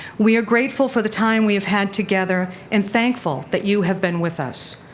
we are grateful for the time we have had together and thankful that you have been with us.